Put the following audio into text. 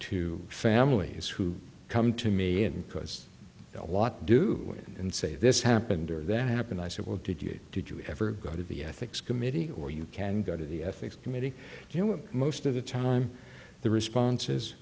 to families who come to me and cause a lot do and say this happened or that happened i said well did you did you ever go to the ethics committee or you can go to the ethics committee you know and most of the time the response is